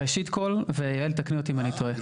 ראשית כל, ויעל, תקני אותי אם אני טועה.